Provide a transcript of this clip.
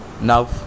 now